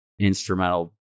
instrumental